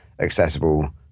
accessible